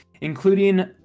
including